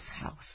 house